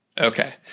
Okay